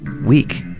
week